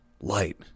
Light